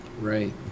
Right